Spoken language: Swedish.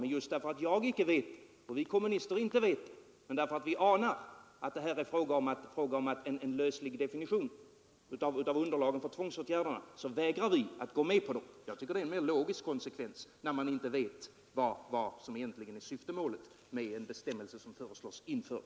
Men just för att jag icke vet det och vi kommunister icke vet det, just därför att vi anar att det här är fråga om en löslig definition av underlaget för tvångsåtgärderna så vägrar vi att gå med på den. Jag tycker det är en mer logisk konsekvens när man inte vet vad som egentligen är syftemålet med en bestämmelse som föreslås bli införd.